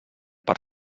per